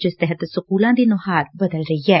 ਜਿਸ ਤਹਿਤ ਸਕੁਲਾਂ ਦੀ ਨੁਹਾਰ ਬਦਲ ਰਹੀ ਐ